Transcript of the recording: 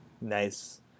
Nice